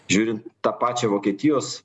žiūrint tą pačią vokietijos